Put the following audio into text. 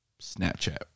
Snapchat